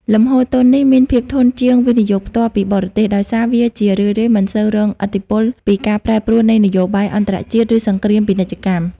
លំហូរទុននេះមានភាពធន់ជាង វិនិយោគផ្ទាល់ពីបរទេស ដោយសារវាជារឿយៗមិនសូវរងឥទ្ធិពលពីការប្រែប្រួលនៃនយោបាយអន្តរជាតិ ឬសង្គ្រាមពាណិជ្ជកម្ម។